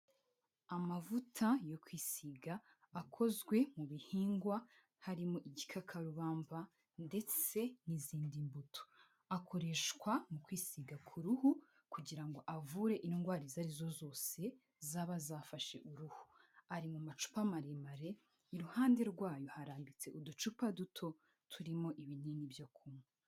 Amavuta yo kwisiga akozwe mu bihigwa harimo gikakarubamba ndetse n'izindi mbuto; akoreshwa mu kwisiga ku ruhu kugira ngo avure indwara izo arizo zose zaba zafashe uruhu. Ari mu macupa maremare, iruhande rwayo harambitse uducupa duto turimo ibinini byo kunywa.